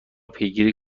پیگیری